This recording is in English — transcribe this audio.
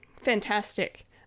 fantastic